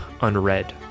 unread